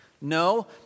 No